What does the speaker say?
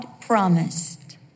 promised